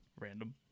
Random